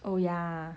oh ya